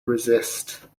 resist